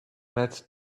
met